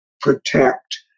protect